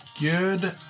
Good